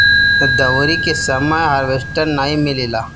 दँवरी के समय हार्वेस्टर नाइ मिलेला